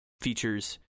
features